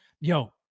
Yo